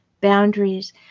boundaries